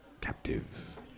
captive